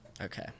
okay